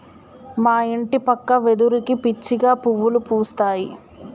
మా ఇంటి పక్క వెదురుకి పిచ్చిగా పువ్వులు పూస్తాయి